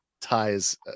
ties